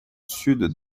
sud